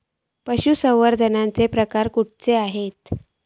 पशुसंवर्धनाचे प्रकार खयचे आसत?